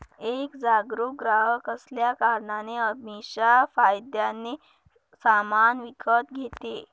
एक जागरूक ग्राहक असल्या कारणाने अमीषा फायद्याने सामान विकत घेते